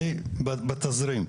אני בתזרים.